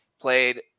played